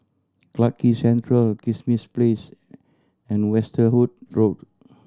Clarke Quay Central Kismis Place and Westerhout Road